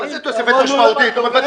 מה זה "תוספת משמעותית"?